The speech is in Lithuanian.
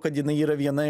kad jinai yra viena